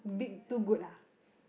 big too good ah